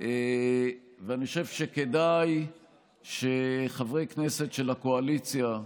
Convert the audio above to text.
ואני חושב שכדאי שחברי כנסת של הקואליציה,